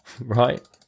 right